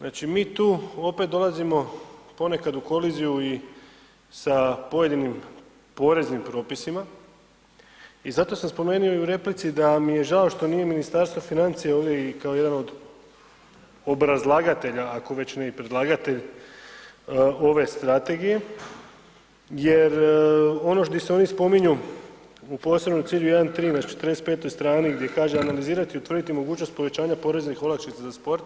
Znači mi tu opet dolazimo ponekad u koliziju i sa pojedinim poreznim propisima i zato sam spomenuo i u replici da mi je žao što nije Ministarstvo financija ovdje i kao jedan od obrazlagatelja ako već ne i predlagatelj ove strategije jer ono gdje se oni spominju u posebnom cilju 1.3 na 45. strani gdje kaže analizirati i utvrditi mogućnost povećanja poreznih olakšica za sport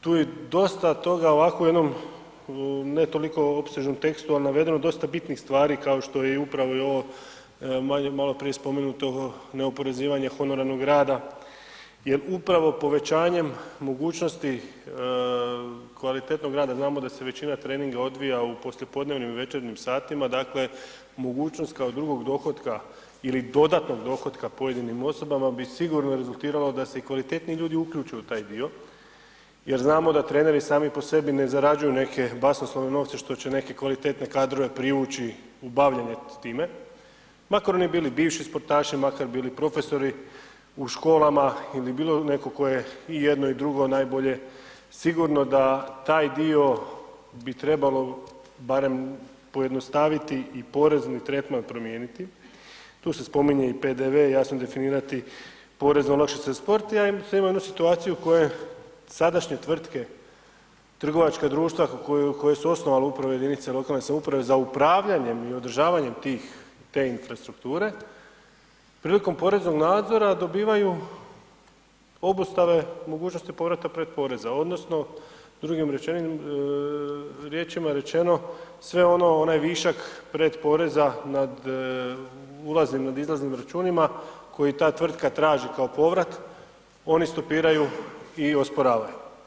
tu je dosta toga ovako u jednom ne toliko opsežnom tekstu, al navedeno dosta bitnih stvari kao što je upravo i ovo malo prije spomenuto neoporezivanje honorarnog rada jer upravo povećanjem mogućnosti kvalitetnog rada, znamo da se većina treninga odvija u poslijepodnevnim i večernjim satima, dakle mogućnost kao drugog dohotka ili dodatnog dohotka pojedinim osobama bi sigurno rezultiralo da se i kvalitetniji ljudi uključe u taj dio jer znamo da treneri sami po sebi ne zarađuju neke basnoslovne novce što će neke kvalitetne kadrove privući u bavljenje time makar oni bili bivši sportaši, makar bili profesori u školama ili bilo netko tko je i jedno i drugo najbolje, sigurno da jat dio bi trebalo barem pojednostaviti i porezni tretman promijeniti, tu se spominje i PDV, jasno, definirati porezne olakšice ... Sad imamo jedni situaciju u kojoj sadašnje tvrtke, trgovačka društva koju su osnovale upravo jedinice lokalne samouprave za upravljanjem i održavanjem tih, te infrastrukture prilikom poreznog nadzora dobivaju obustave mogućnosti povrata pretporeza odnosno drugim riječima rečeno, sve onaj višak pred poreza nad ulaznim, nad izlaznim računima koje ta tvrtka traži kao povrat, oni stopiraju i osporavaju.